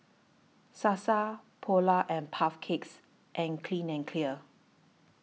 Sasa Polar and Puff Cakes and Clean and Clear